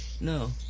No